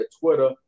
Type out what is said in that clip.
Twitter